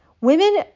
Women